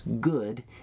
Good